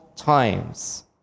times